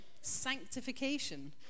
sanctification